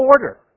order